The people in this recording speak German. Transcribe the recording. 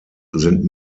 sind